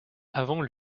avant